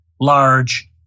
large